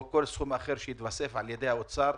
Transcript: או כל סכום אחר שיתווסף על ידי האוצר,